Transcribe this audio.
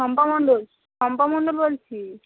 শম্পা মন্ডল শম্পা মন্ডল বলছি